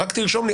רק תרשום לי.